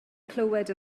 clywed